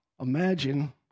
imagine